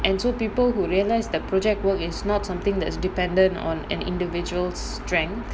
and so people who realise that project work is not something that is dependent on an individual's strength